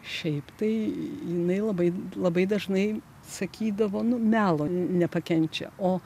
šiaip tai jinai labai labai dažnai sakydavo nu melo nepakenčia o